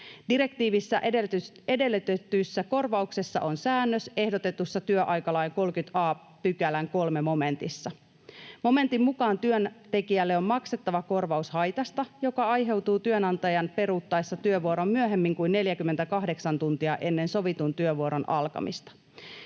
Direktiivissä edellytetystä korvauksesta on säännös ehdotetussa työaikalain 30 a §:n 3 momentissa. Momentin mukaan työntekijälle on maksettava korvaus haitasta, joka aiheutuu työnantajan peruuttaessa työvuoron myöhemmin kuin 48 tuntia ennen sovitun työvuoron alkamista.